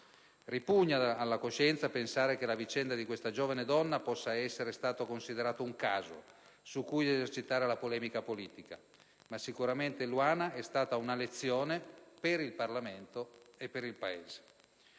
Ripugna alla coscienza pensare che la vicenda di questa giovane donna possa essere stato considerato un caso su cui esercitare la polemica politica, ma sicuramente Eluana è stata una lezione per il Parlamento e per il Paese.